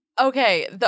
Okay